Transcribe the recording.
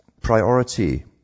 priority